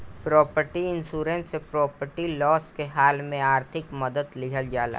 property insurance से property loss के हाल में आर्थिक मदद लीहल जाला